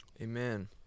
Amen